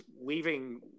leaving